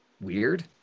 weird